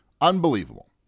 Unbelievable